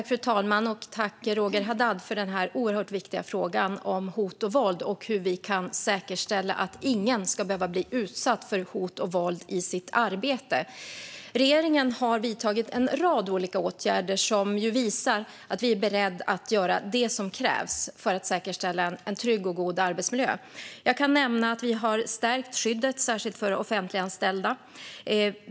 Fru talman! Tack, Roger Haddad, för den här viktiga frågan om hot och våld och hur vi kan säkerställa att ingen ska behöva bli utsatt för hot och våld i sitt arbete. Regeringen har vidtagit en rad olika åtgärder som visar att vi är beredda att göra det som krävs för att säkerställa en trygg och god arbetsmiljö. Vi har stärkt skyddet, särskilt för offentligt anställda.